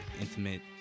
intimate